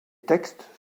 textes